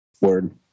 Word